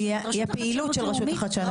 תהיה פעילות של הרשות לחדשנות.